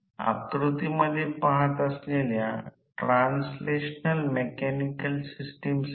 आकृती 7a मध्ये दाखवल्यानुसार इंडक्शन मोटर चे सर्किट मॉडेल आता प्रत्येक टप्प्याआधारे काढता येते